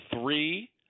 three